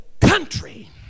country